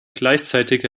gleichzeitig